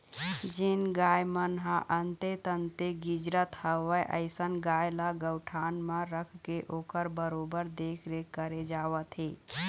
जेन गाय मन ह अंते तंते गिजरत हवय अइसन गाय ल गौठान म रखके ओखर बरोबर देखरेख करे जावत हे